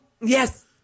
yes